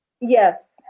Yes